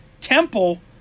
Temple